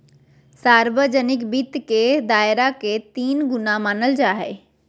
सार्वजनिक वित्त के दायरा के तीन गुना मानल जाय हइ